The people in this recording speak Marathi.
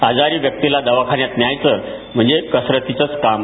आजारी व्यक्तीला दवाखान्यात न्यायच म्हणजे कसरतीचच काम